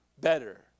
better